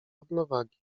równowagi